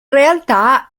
realtà